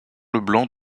leblanc